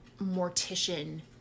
mortician